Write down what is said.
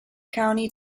county